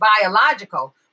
biological